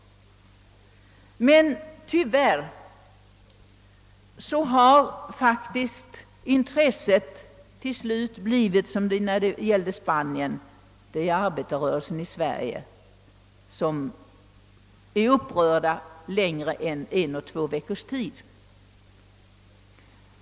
Men tyvärr har intresset slappnat nu. Liksom när det gällde Spanien, är det tydligen bara inom den svenska arbetar rörelsen, som man känner sig upprörd under längre tid än en vecka eller två.